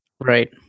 Right